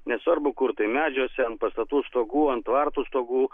nesvarbu kur tai medžiuose ant pastatų stogų ant tvartų stogų